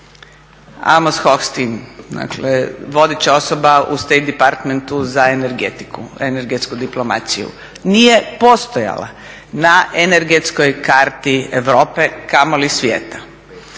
…/Govornica se ne razumije./… za energetiku, energetsku diplomacije. Nije postojala na energetskoj karti Europe kamoli svijeta.